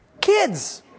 Kids